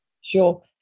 Sure